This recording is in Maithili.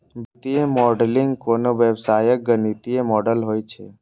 वित्तीय मॉडलिंग कोनो व्यवसायक गणितीय मॉडल होइ छै